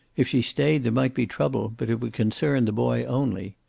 if she stayed there might be trouble, but it would concern the boy only.